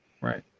Right